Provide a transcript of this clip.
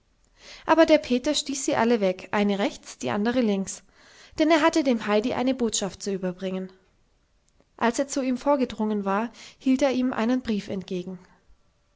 aber der peter stieß sie alle weg eine rechts und die andere links denn er hatte dem heidi eine botschaft zu überbringen als er zu ihm vorgedrungen war hielt er ihm einen brief entgegen